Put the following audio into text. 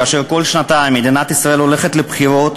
כאשר כל שנתיים מדינת ישראל הולכת לבחירות,